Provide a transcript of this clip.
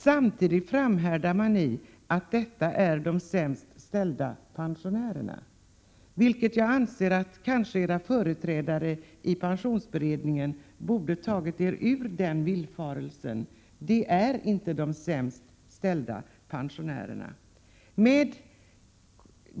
Samtidigt framhärdar ni med att säga att ni talar för de sämst ställda pensionärerna. Era företrädare i pensionsberedningen borde har tagit er ur den villfarelsen. Det är inte de sämst ställda pensionärerna.